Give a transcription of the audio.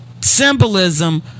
symbolism